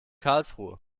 karlsruhe